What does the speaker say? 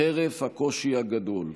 חרף הקושי הגדול.